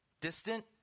distant